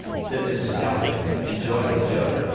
said mrs. calkins, enjoying the joke,